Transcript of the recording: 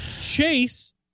Chase